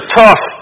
tough